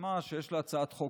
פרסמה שיש לה הצעת חוק